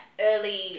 early